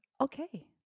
Okay